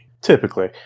typically